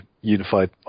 unified